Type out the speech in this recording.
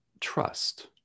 trust